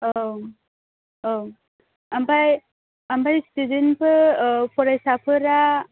औ औ आमफाय आमफाय स्टुडेनफ्रा फरायसाफोरा